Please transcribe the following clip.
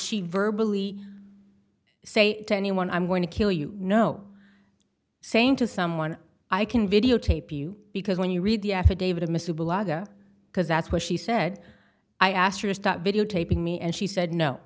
she verbal e say to anyone i'm going to kill you know saying to someone i can videotape you because when you read the affidavit admissible aga because that's what she said i asked her to stop videotaping me and she said no